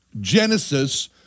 Genesis